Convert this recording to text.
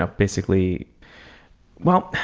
ah basically well,